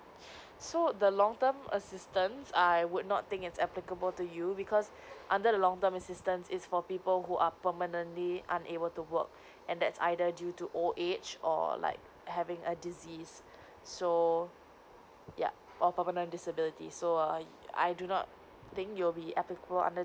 so the long term assistance I would not think it's applicable to you because under the long term assistance it's for people who are permanently unable to work and that's either due to old age or like having a disease so yeah or permanent disability so err I do not think you'll be applicable under